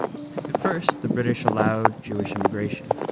at first, the british allowed jewish immigration.